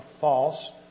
false